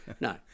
No